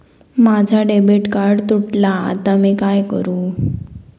माझा debit card तुटला हा आता मी काय करू?